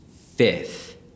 fifth